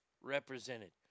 represented